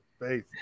faith